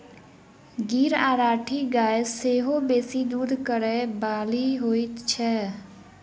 गीर आ राठी गाय सेहो बेसी दूध करय बाली होइत छै